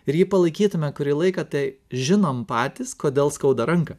ir jį palaikytume kurį laiką tai žinom patys kodėl skauda ranką